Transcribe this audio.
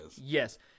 Yes